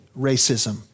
racism